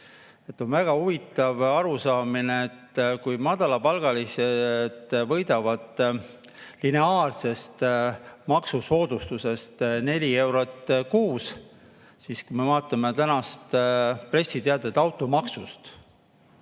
väga huvitav arusaamine, et kui madalapalgalised võidavad lineaarsest maksusoodustusest 4 eurot kuus, siis – kui me vaatame tänast pressiteadet automaksust